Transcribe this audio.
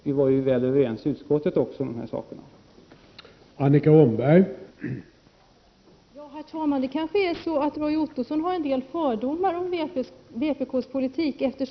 Vi var ju överens om de här sakerna i utskottet.